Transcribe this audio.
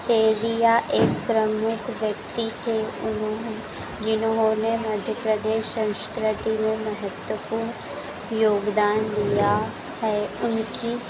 शेरिया एक प्रमुख व्यक्ति थे उन्होंने जिन्होंने मध्य प्रदेश संस्कृति में महत्वपूर्ण योगदान दिया है उनकी